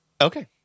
Okay